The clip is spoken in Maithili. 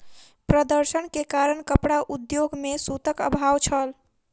प्रदर्शन के कारण कपड़ा उद्योग में सूतक अभाव छल